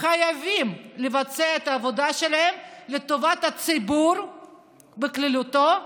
חייבים לבצע את העבודה שלהם לטובת הציבור בכללותו,